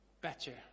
better